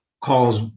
calls